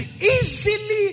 easily